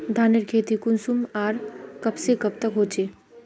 धानेर खेती कुंसम आर कब से कब तक होचे?